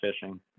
fishing